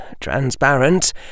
transparent